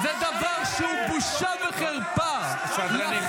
--- זה דבר שהוא בושה וחרפה -- הסדרנים,